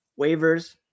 waivers